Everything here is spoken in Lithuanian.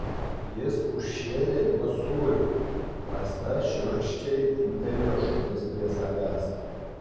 jis užšėrė juos sūriu basta šiurkščiai timptelėjo šunis prie savęs